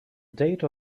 date